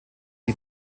die